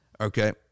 okay